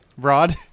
Rod